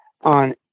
on